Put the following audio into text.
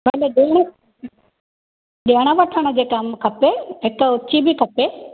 भले ॾिण ॾियण वठण जे कमु खपे हिकु उची बि खपे